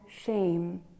shame